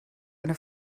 eine